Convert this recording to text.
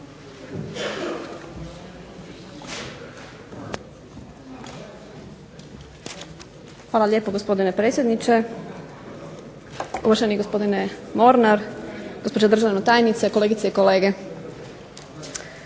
Hvala lijepo gospodine predsjedniče, uvaženi gospodine Mornar, gospođa državna tajnice, kolegice i kolege.